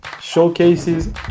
showcases